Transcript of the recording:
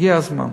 הגיע הזמן.